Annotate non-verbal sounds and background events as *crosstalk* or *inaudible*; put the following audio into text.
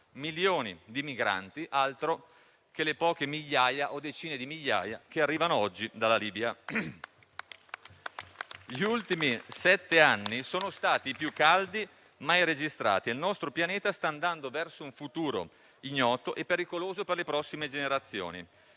milioni di migranti, altro che le poche migliaia o decine di migliaia che arrivano oggi dalla Libia. *applause* Gli ultimi sette anni sono stati i più caldi mai registrati e il nostro pianeta sta andando verso un futuro ignoto e pericoloso per le prossime generazioni.